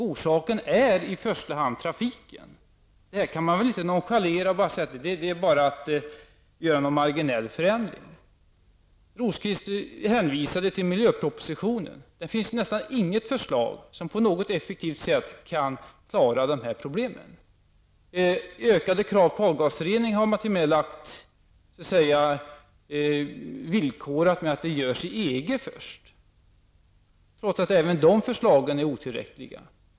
Orsaken är i första hand trafiken. Det går inte att nonchalera detta och säga att det endast är fråga om att göra en marginell förändring. Rosqvist hänvisade till miljöpropositionen. Där finns nästan inget förslag som på något effektivt sätt kan klara dessa problem. Ökade krav på avgasrening har t.o.m. villkorats med att krav skall ställas först i EG -- trots att förslagen även där är otillräckliga.